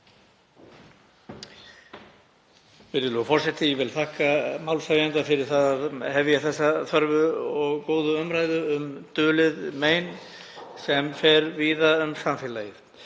Virðulegur forseti. Ég vil þakka málshefjanda fyrir að hefja þessa þörfu og góðu umræðu um dulið mein sem fer víða um samfélagið,